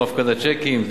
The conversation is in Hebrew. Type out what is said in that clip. כמו הפקדת צ'קים,